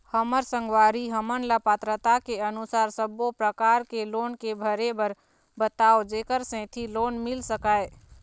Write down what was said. हमर संगवारी हमन ला पात्रता के अनुसार सब्बो प्रकार के लोन के भरे बर बताव जेकर सेंथी लोन मिल सकाए?